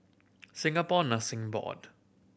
Singapore Nursing Board